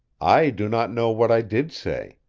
i do not know what i did say.